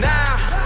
Now